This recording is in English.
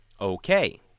okay